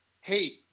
hey